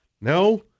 No